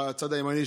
בצד הימני,